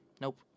Nope